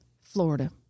Florida